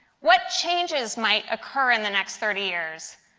what changes might occur in the next thirty years?